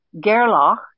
Gerlach